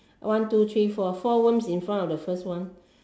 one two three four four worms in front of the first one